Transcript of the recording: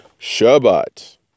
shabbat